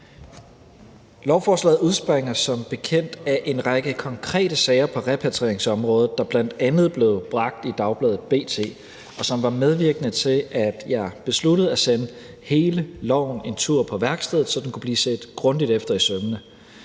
Lovforslaget udspringer som bekendt af en række konkrete sager på repatrieringsområdet, der bl.a. blev bragt i dagbladet B.T., og som var medvirkende til, at jeg besluttede at sende hele loven en tur på værkstedet, så den kunne blive set grundigt efter i sømmene.